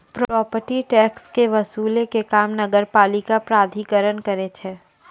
property tax के वसूलै के काम नगरपालिका प्राधिकरण करै छै